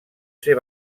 ser